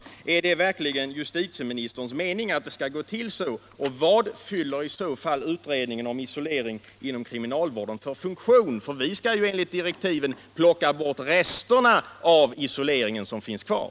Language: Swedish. Är det verkligen justitieministerns mening att det skall gå till så, och vad fyller i så fall utredningen om isolering inom kriminalvården för funktion? Vi skall ju enligt direktiven plocka bort de rester av isoleringsstraffet som finns kvar.